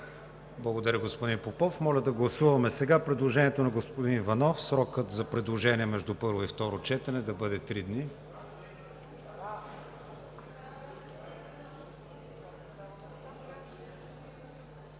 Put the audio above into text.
Благодаря, господин Попов. Моля сега да гласуваме предложението на господин Иванов срокът за предложения между първо и второ четене да бъде три дни.